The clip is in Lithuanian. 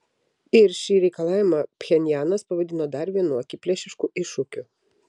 ir šį reikalavimą pchenjanas pavadino dar vienu akiplėšišku iššūkiu